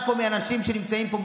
האנשים שנמצאים פה,